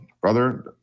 brother